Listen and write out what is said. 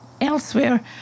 elsewhere